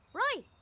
right.